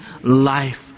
life